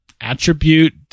Attribute